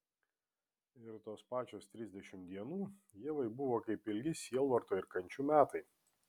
ir tos pačios trisdešimt dienų ievai buvo kaip ilgi sielvarto ir kančių metai